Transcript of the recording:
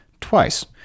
twice